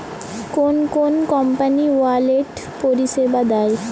কোন কোন company wallet পরিষেবা দেয়?